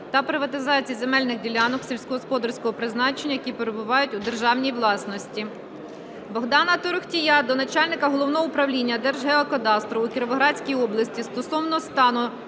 та приватизації земельних ділянок сільськогосподарського призначення, які перебувають у державній власності. Богдана Торохтія до начальника Головного управління Держгеокадастру у Кіровоградській області стосовно стану